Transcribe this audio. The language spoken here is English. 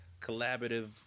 collaborative